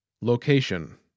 Location